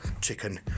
chicken